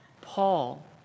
Paul